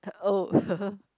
oh